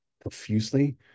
profusely